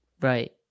right